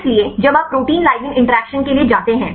इसलिए जब आप प्रोटीन लिगैंड इंटरैक्शन के लिए जाते हैं